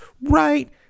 right